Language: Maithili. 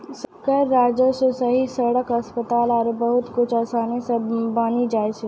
कर राजस्व सं ही सड़क, अस्पताल आरो बहुते कुछु आसानी सं बानी जाय छै